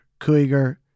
Kuiger